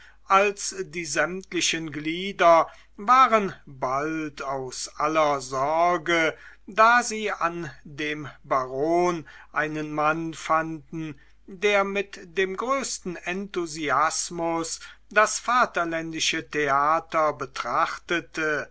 als die sämtlichen glieder waren bald aus aller sorge da sie an dem baron einen mann fanden der mit dem größten enthusiasmus das vaterländische theater betrachtete